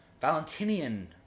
Valentinian